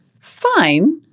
fine